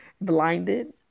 blinded